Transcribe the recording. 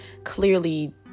Clearly